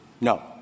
No